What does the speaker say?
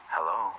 Hello